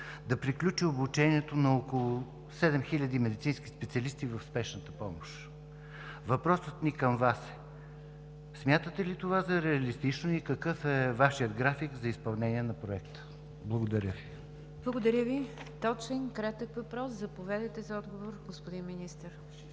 да приключи обучението на около 7000 медицински специалисти в спешната помощ. Въпросът ми към Вас е: смятате ли това за реалистично и какъв е Вашият график за изпълнение на Проекта? Благодаря Ви. ПРЕДСЕДАТЕЛ НИГЯР ДЖАФЕР: Благодаря Ви – точен, кратък въпрос. Заповядайте за отговор, господин Министър.